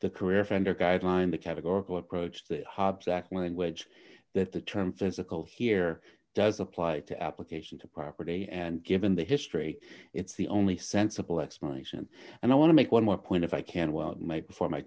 the career offender guideline the categorical approach to hobbs act language that the term physical here does apply to application to property and given the history it's the only sensible explanation and i want to make one more point if i can well made before my